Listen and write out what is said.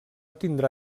tindrà